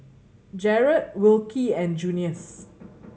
Jerrad Wilkie and Junious